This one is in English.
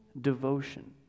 devotion